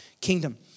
kingdom